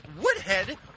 Woodhead